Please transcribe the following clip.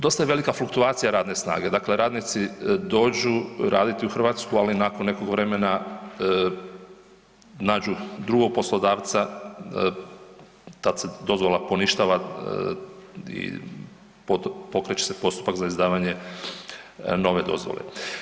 Dosta je velika fluktuacija radne snage, radnici dođu raditi u Hrvatsku, ali nakon nekog vremena nađu drugog poslodavca, tada se dozvola poništava i pokreće se postupak za izdavanje nove dozvole.